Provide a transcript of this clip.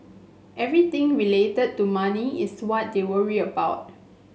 everything related to money is what they worry about